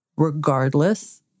Regardless